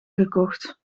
gekocht